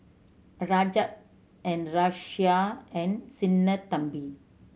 Rajat and Razia and Sinnathamby